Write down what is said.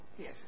Yes